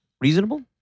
Reasonable